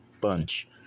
bunch